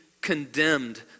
condemned